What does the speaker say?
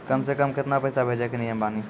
कम से कम केतना पैसा भेजै के नियम बानी?